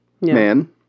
man